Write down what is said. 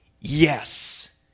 Yes